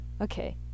Okay